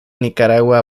nicaragua